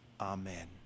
amen